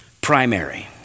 primary